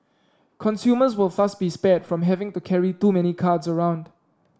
consumers will thus be spared from having to carry too many cards around